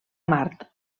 mart